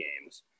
games